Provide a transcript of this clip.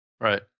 Right